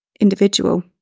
individual